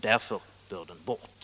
Därför bör den bort.